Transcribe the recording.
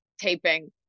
taping